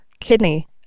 kidney